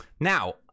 now